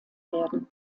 werden